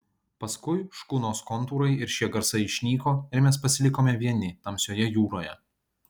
paskui škunos kontūrai ir šie garsai išnyko ir mes pasilikome vieni tamsioje jūroje